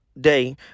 day